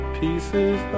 pieces